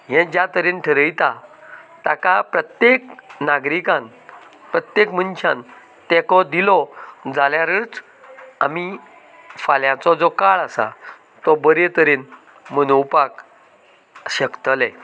हे ज्या तरेन थारायता ताका प्रत्येक नागरिकान प्रत्येक मनशान तेंको दिलो जाल्यारच आमी फाल्याचो जो काळ आसा तो बरें तरेन मनोवपाक शकतलें